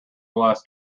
glass